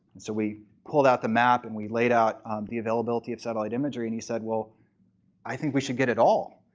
so we pulled out the map. and we laid out the availability of satellite imagery. and he said, well i think we should get it all.